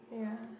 yeah